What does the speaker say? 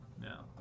No